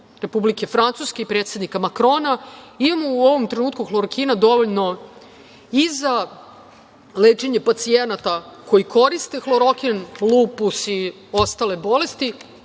Republike Francuske i predsednika Makrona imamo u ovom trenutku hlorokina dovoljno i za lečenje pacijenata koji koriste hlorokin – lupus i ostale bolesti,